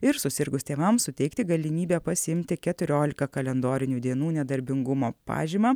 ir susirgus tėvams suteikti galimybę pasiimti keturiolika kalendorinių dienų nedarbingumo pažymą